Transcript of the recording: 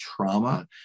trauma